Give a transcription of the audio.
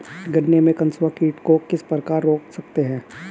गन्ने में कंसुआ कीटों को किस प्रकार रोक सकते हैं?